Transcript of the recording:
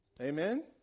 Amen